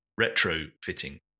retrofitting